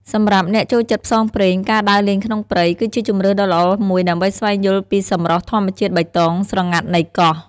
សម្រាប់អ្នកចូលចិត្តផ្សងព្រេង ការដើរលេងក្នុងព្រៃ គឺជាជម្រើសដ៏ល្អមួយដើម្បីស្វែងយល់ពីសម្រស់ធម្មជាតិបៃតងស្រងាត់នៃកោះ។